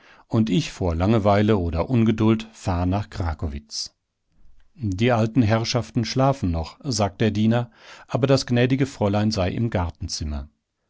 und ich vor langeweile oder ungeduld fahr nach krakowitz die alten herrschaften schlafen noch sagt der diener aber das gnädige fräulein sei im gartenzimmer